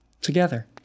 Together